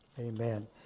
Amen